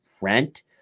rent